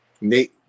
Nate